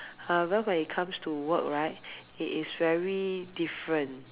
however when it comes to work right he is very different